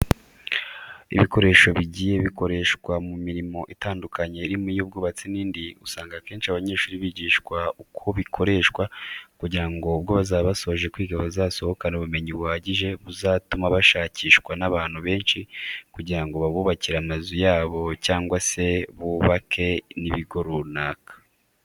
Ibikoresho bigiye bikoreshwa mu mirimo itandukanye irimo iy'ubwubatsi n'indi, usanga akenshi abanyeshuri bigishwa uko bikoreshwa kugira ngo ubwo bazaba basoje kwiga bazasohokane ubumenyi buhagije buzatuma bashakishwa n'abantu benshi kugira ngo babubakire amazu yabo cyangwa se bubake n'ibigo runaka.